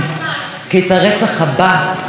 תודה רבה לחבר הכנסת לאה פדידה.